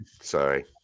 Sorry